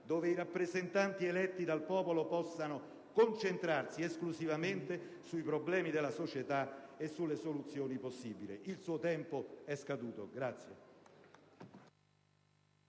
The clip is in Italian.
dove i rappresentanti eletti dal popolo possano concentrarsi esclusivamente sui problemi della società e sulle soluzioni possibili. Il suo tempo è scaduto.